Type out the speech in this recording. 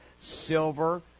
silver